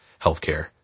healthcare